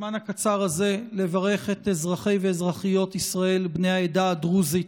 בזמן הקצר הזה לברך את אזרחי ואזרחיות ישראל בני העדה הדרוזית,